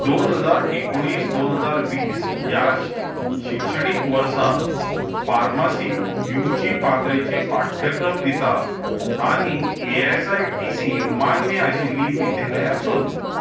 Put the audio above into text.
दोन हजार एकोणीस दोन हजार वीस ह्या शिक्षणीक वर्सा फार्मसींत यू जी पातळेचे पाठ्यक्रम दिता आनी A I C T E मान्य आशिल्लीं विद्यालया सोद